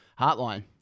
Heartline